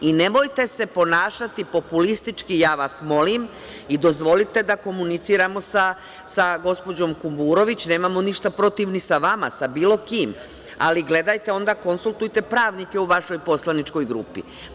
Nemojte se ponašati populistički, ja vas molim, i dozvolite da komuniciramo sa gospođom Kuburović, nemamo ništa protiv ni sa vama, sa bilo kim, a gledajte onda konsultujte pravnike u vašoj poslaničkoj grupi.